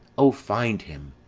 o, find him!